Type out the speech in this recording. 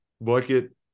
Bucket